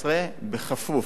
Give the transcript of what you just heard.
בכפוף,